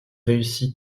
réussit